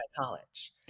college